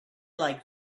like